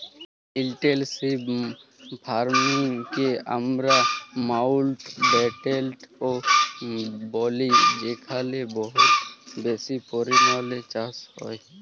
intensive farming কে আমরা মাউল্টব্যাটেল ও ব্যলি যেখালে বহুত বেশি পরিমালে চাষ হ্যয়